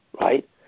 right